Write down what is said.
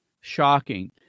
shocking